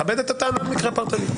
מכבד את הטענה על מקרה פרטני.